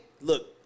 look